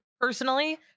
Personally